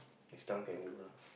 next time can do lah